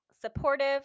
supportive